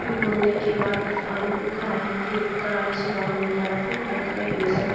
भूनने के बाद उस आलू को कराही के कराही से बाहर निकाला फ़िर हल्का एक बेसन